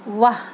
وہ